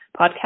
podcast